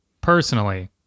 personally